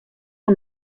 oan